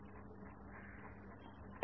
विद्यार्थी ठीक आहे